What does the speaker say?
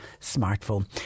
smartphone